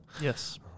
yes